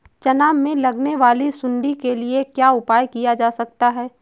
चना में लगने वाली सुंडी के लिए क्या उपाय किया जा सकता है?